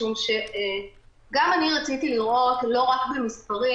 משום שגם אני רציתי לראות לא רק במספרים